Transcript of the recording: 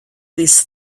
these